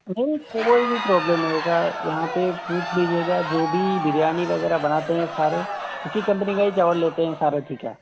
नहीं कोई भी प्रॉब्लम नहीं होगा यहाँ पर पूछ लीजिएगा जो भी बिरयानी वग़ैरह बनाते हैं सारे इसी कंपनी का ये चावल लेते हैं सारथी का